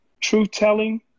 truth-telling